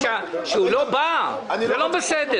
אבל כשהוא לא בא לכאן זה לא בסדר.